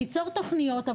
ניצור תוכניות.